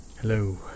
Hello